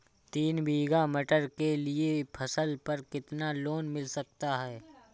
तीन बीघा मटर के लिए फसल पर कितना लोन मिल सकता है?